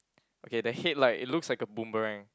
okay the head like it looks like a Boomerang